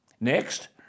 Next